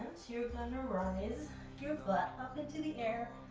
you're gonna rise your butt up into the air.